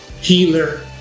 Healer